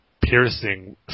piercing